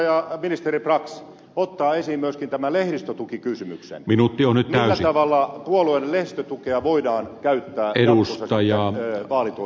aiotteko ministeri brax ottaa esiin myöskin tämän lehdistötukikysymyksen millä tavalla puolueen lehdistötukea voidaan käyttää jatkossa vaalitoimintaan